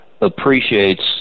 appreciates